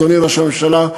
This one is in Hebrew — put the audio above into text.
אדוני ראש הממשלה,